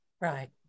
right